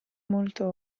molto